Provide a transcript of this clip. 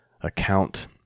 account